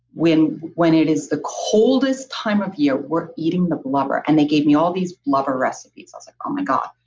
when when it is the coldest time of year we're eating the blubber. and they gave me all these blubber recipes i was like, oh my god.